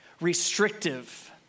restrictive